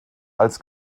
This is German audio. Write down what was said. als